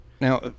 Now